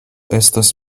estos